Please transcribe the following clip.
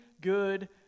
good